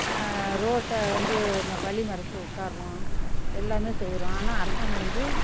ரோட்டை வந்து வ வழி மறிச்சி உட்கார்றோம் எல்லாம் செய்கிறோம் ஆனால் அரசாங்கம் வந்து